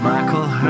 Michael